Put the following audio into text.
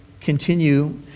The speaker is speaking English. continue